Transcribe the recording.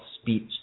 speech